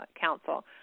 Council